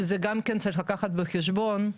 שגם צריך לקחת בחשבון,